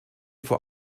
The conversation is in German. vor